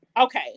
Okay